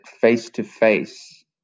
face-to-face